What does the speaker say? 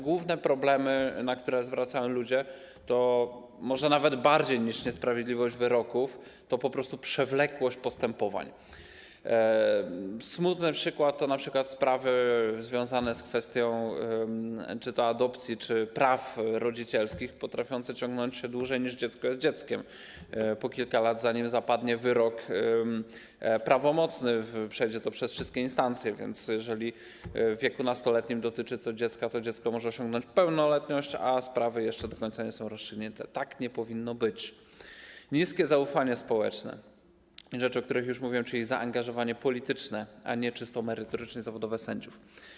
Główne problemy, na które zwracają uwagę ludzie, to może nawet bardziej niż niesprawiedliwość wyroków po prostu przewlekłość postępowań - smutny przykład to sprawy związane z kwestią czy to adopcji, czy praw rodzicielskich, potrafiące ciągnąć się dłużej, niż dziecko jest dzieckiem, bo mija po kilka lat, zanim zapadnie wyrok prawomocny, przechodzi to przez wszystkie instancje, więc jeżeli dotyczy to dziecka w wieku nastoletnim, to dziecko może osiągnąć pełnoletność, a sprawy jeszcze do końca nie są rozstrzygnięte, tak nie powinno być - niskie zaufanie społeczne i rzeczy, o których już mówiłem, czyli zaangażowanie polityczne, a nie czysto merytoryczne, zawodowe, sędziów.